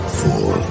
four